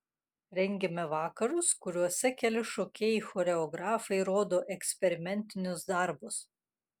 rengiame vakarus kuriuose keli šokėjai choreografai rodo eksperimentinius darbus